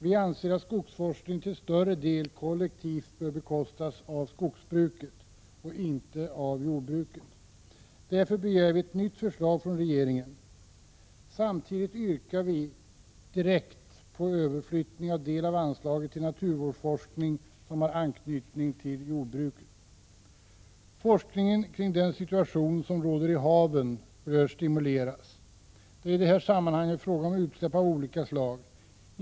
Vi anser att skogsforskningen till större del kollektivt bör bekostas av skogsbruket och inte av jordbruket. Därför begär vi ett nytt förslag från regeringen; samtidigt yrkar vi direkt på överflyttning av en del av anslaget till naturvårdsforskning som har anknytning till jordbruket. Forskningen kring den situation som råder i haven bör stimuleras. Det är i det här sammanhanget fråga om utsläpp av olika slag.